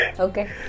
Okay